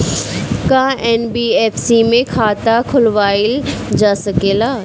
का एन.बी.एफ.सी में खाता खोलवाईल जा सकेला?